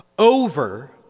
over